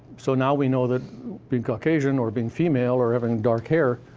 so now we know that being caucasian, or being female, or having dark hair,